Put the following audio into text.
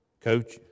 Coach